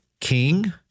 king